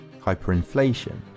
hyperinflation